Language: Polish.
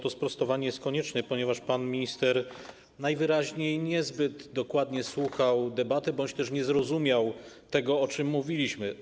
To sprostowanie jest konieczne, ponieważ pan minister najwyraźniej niezbyt dokładnie słuchał debaty bądź też nie zrozumiał tego, o czym mówiliśmy.